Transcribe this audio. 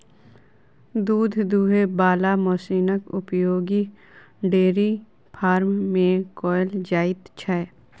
दूध दूहय बला मशीनक उपयोग डेयरी फार्म मे कयल जाइत छै